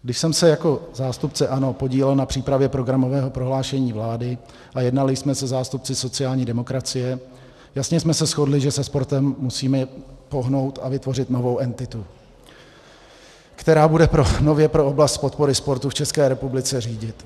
Když jsem se jako zástupce ANO podílel na přípravě programového prohlášení vlády a jednali jsme se zástupci sociální demokracie, jasně jsme se shodli, že se sportem musíme pohnout a vytvořit novou entitu, která bude nově oblast podpory sportu v České republice řídit.